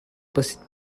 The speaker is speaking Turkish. basit